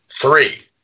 Three